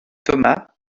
thomas